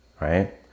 right